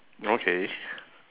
okay